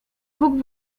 bóg